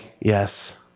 yes